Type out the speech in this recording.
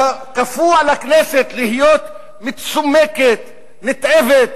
כפו על הכנסת להיות מצומקת, נתעבת,